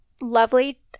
lovely